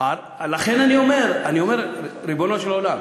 לכן אני אומר, ריבונו של עולם,